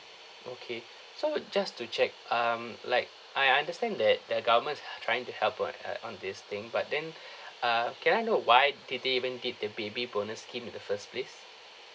okay so just to check um like I understand that the government's h~ trying to help on uh on this thing but then ah can I know why did they even did the baby bonus scheme in the first place